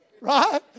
Right